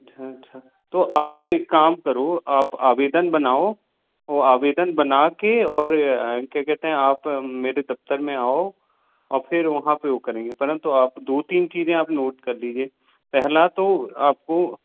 अच्छा अच्छा तो आप एक काम करो आप आवेदन बनाओ वह आवेदन बना कर और क्या कहते है आप मेरे दफ़्तर में आओ और फिर वहाँ पर वह करेंगे परंतु आप दो तीन चीज़ें आप नोट कर लीजिए पहला तो आपको